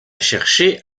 chercher